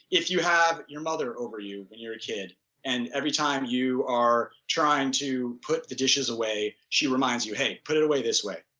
if you have your mother over you when you are a kid and every time you are trying to put the dishes away she reminds you, hey put it away this way.